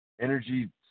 energy